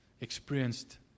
experienced